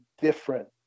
different